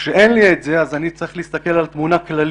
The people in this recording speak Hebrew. כשאין לי את זה אז אני צריך להסתכל על תמונה כללית.